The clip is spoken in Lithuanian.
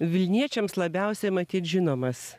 vilniečiams labiausiai matyt žinomas